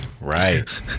Right